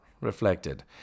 reflected